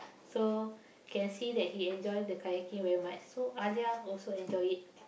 so can see that he enjoy the Kayaking very much so Alia also enjoy it